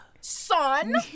Son